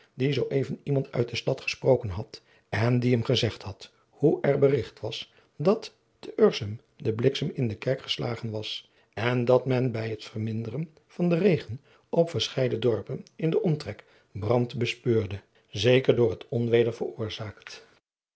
die zoo even iemand uit de stad gesproken had en die hem gezegd had hoe er berigt adriaan loosjes pzn het leven van hillegonda buisman was dat te urshem de bliksem in de kerk geslagen was en dat men bij het verminderen van den regen op verscheiden dorpen in den omtrek brand bespeurde zeker door het onweder veroorzaakt